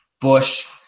Bush